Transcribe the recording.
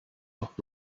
off